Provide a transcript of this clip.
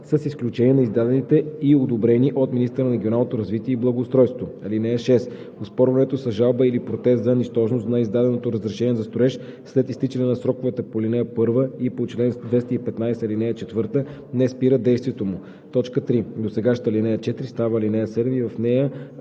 с изключение на издадените и одобрени от министъра на регионалното развитие и благоустройството. (6) Оспорването с жалба или протест за нищожност на издаденото разрешение за строеж след изтичане на сроковете по ал. 1 и по чл. 215, ал. 4 не спира действието му.“ 3. Досегашната ал. 4 става ал. 7 и в нея